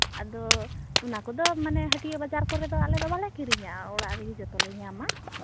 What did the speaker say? ᱟᱫᱚ ᱚᱱᱟ ᱠᱚᱫᱚ ᱢᱟᱱᱮ ᱦᱟᱹᱴᱭᱟᱹ ᱵᱟᱡᱟᱨ ᱠᱚᱨᱮᱫᱚ ᱟᱞᱮᱫᱚ ᱵᱟᱞᱮ ᱠᱤᱨᱤᱧᱟ ᱚᱲᱟᱜ ᱨᱮᱜᱮ ᱡᱚᱛᱚᱞᱮ ᱧᱟᱢᱟ